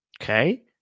Okay